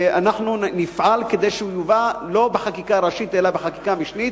אנחנו נפעל כדי שהוא יובא לא בחקיקה ראשית אלא בחקיקה משנית,